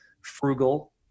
frugal